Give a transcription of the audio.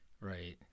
Right